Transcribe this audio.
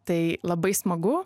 tai labai smagu